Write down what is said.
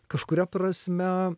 kažkuria prasme